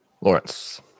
Lawrence